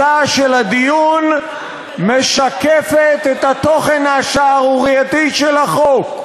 של הדיון משקפת את התוכן השערורייתי של החוק.